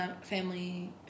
family